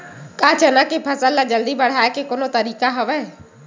का चना के फसल ल जल्दी बढ़ाये के कोनो तरीका हवय?